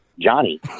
Johnny